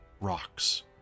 Rocks